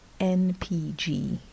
NPG